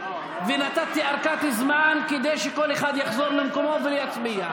ונתתי ארכת זמן כדי שכל אחד יחזור למקומו ויצביע.